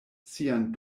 sian